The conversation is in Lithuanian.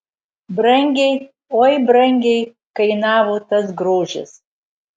brangiai oi brangiai kainavo tas grožis